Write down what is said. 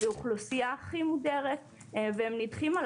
זה אוכלוסייה הכי מודרת והם נדחים על